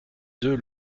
deux